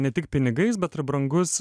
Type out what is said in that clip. ne tik pinigais bet ir brangus